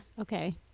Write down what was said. Okay